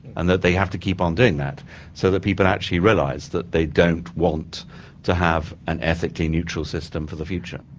and that they have to keep on doing that so that people actually realise that they don't want to have an ethically neutral system for the future.